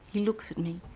he looks at me,